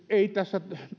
ei tässä